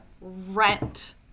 rent